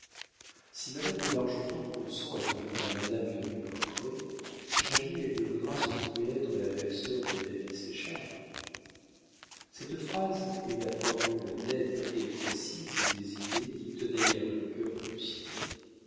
si madame de bargeton consent à devenir madame de rubempré jamais elle ne voudra se trouver être la belle-sœur de david séchard cette phrase est la formule nette et précise des idées qui tenaillèrent le cœur de lucien